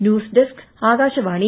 news desk Akashvani